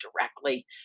directly